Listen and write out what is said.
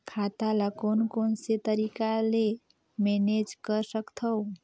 खाता ल कौन कौन से तरीका ले मैनेज कर सकथव?